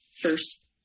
first